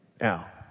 Now